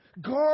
God